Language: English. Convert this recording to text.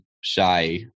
shy